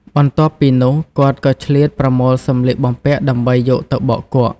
បន្ទាប់ពីនោះ គាត់ក៏ឆ្លៀតប្រមូលសម្លៀកបំពាក់ដើម្បីយកទៅបោកគក់។